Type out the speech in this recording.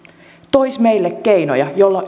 toisi meille keinoja joilla